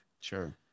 Sure